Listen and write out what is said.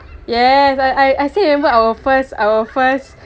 yes I I still remember our first our first